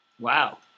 Wow